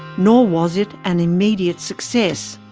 nor was it an immediate success.